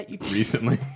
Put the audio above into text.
Recently